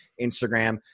Instagram